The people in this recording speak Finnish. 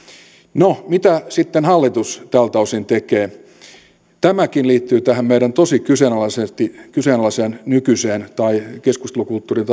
no mitä sitten hallitus tältä osin tekee tämäkin liittyy tähän meidän tosi kyseenalaiseen nykyiseen keskustelukulttuurin